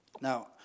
Now